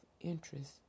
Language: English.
interest